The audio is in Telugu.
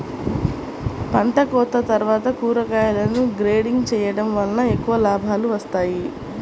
పంటకోత తర్వాత కూరగాయలను గ్రేడింగ్ చేయడం వలన ఎక్కువ లాభాలు వస్తాయి